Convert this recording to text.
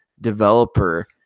developer